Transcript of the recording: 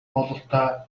бололтой